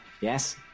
Yes